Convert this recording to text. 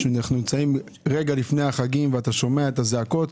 כשאנחנו נמצאים רגע לפני החגים ושומעים את הזעקות.